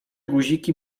guziki